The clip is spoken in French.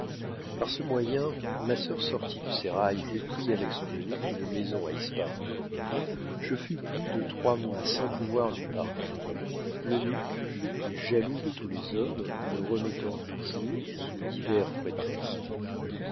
par ce moyen ma sœur sortit du sérail et prit avec son eunuque une maison à ispahan je fus plus de trois mois sans pouvoir lui parler l'eunuque le plus jaloux de tous les hommes me remettant toujours sous divers prétextes